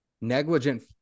negligent